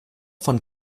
von